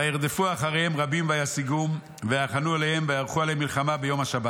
וירדפו אחריהם רבים וישיגום ויחנו עליהם ויערכו עליהם מלחמה ביום השבת.